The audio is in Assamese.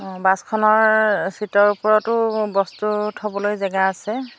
অঁ বাছখনৰ ছীটৰ ওপৰতো বস্তু থ'বলৈ জেগা আছে